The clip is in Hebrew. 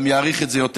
גם יעריך את זה יותר.